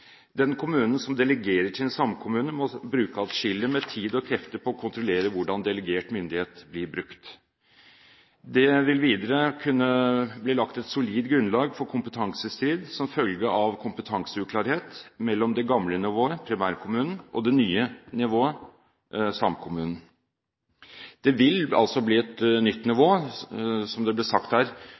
Den kommunen som delegerer til en samkommune, må bruke atskillig med tid og krefter på å kontrollere hvordan delegert myndighet blir brukt. Det vil videre kunne bli lagt et solid grunnlag for kompetansestrid som følge av kompetanseuklarhet mellom det gamle nivået, primærkommunen, og det nye nivået, samkommunen. Det vil altså bli et nytt nivå. Som det ble sagt her,